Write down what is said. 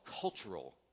cultural